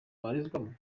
abarizwamo